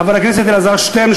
חבר הכנסת אלעזר שטרן,